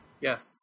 Yes